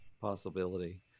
possibility